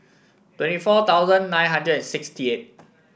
twenty four thousand nine hundred and sixty eight